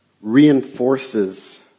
reinforces